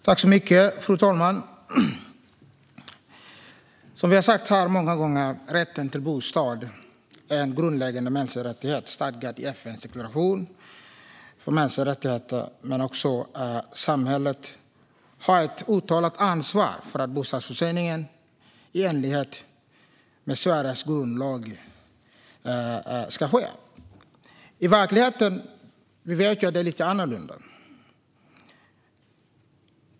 Fru talman! Som vi har sagt här många gånger är rätten till en bostad en grundläggande mänsklig rättighet stadgad i FN:s deklaration om de mänskliga rättigheterna. Samhället har ett uttalat ansvar för bostadsförsörjningen i enlighet med Sveriges grundlag. Vi vet att det är lite annorlunda i verkligheten.